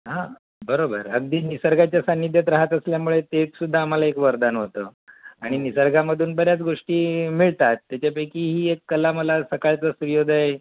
हा बरोबर अगदी निसर्गाच्या सानिध्यात राहात असल्यामुळे तेचसुद्धा आम्हाला एक वरदान होतं आणि निसर्गामधून बऱ्याच गोष्टी मिळतात त्याच्यापैकी ही एक कला मला सकाळचा सूर्योदय